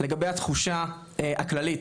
לגבי התחושה הכללית